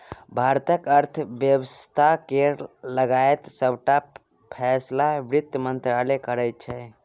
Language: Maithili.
भारतक अर्थ बेबस्था केर लगाएत सबटा फैसला बित्त मंत्रालय करै छै